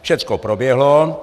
Všechno proběhlo.